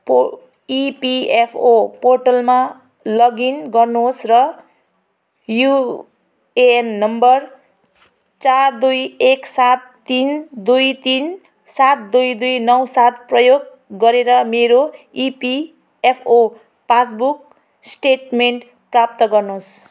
पो इपिएफओ पोर्टलमा लगइन गर्नुहोस् र युएएन नम्बर चार दुई एक सात तिन दुई तिन सात दुई दुई नौ सात प्रयोग गरेर मेरो इपिएफओ पासबुक स्टेटमेन्ट प्राप्त गर्नुहोस्